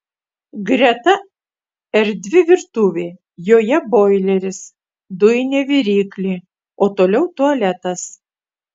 greta erdvi virtuvė joje boileris dujinė viryklė o toliau tualetas